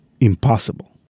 impossible